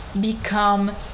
become